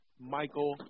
Michael